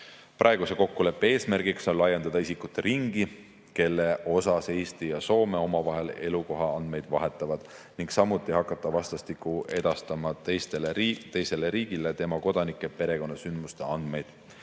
kokkuleppe eesmärk on laiendada isikute ringi, kelle kohta Eesti ja Soome omavahel elukohaandmeid vahetavad, ning samuti hakata vastastikku edastama teisele riigile tema kodanike perekonnasündmuste andmeid,